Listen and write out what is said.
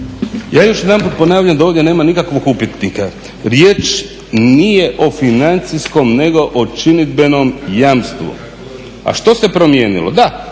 Ja još jedanput ovdje ponavljam da ovdje nema nikakvog upitnika. Riječ nije o financijskom nego o činidbenom jamstvu. A što se promijenilo? Da,